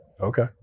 Okay